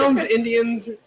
Indians